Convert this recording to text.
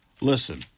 Listen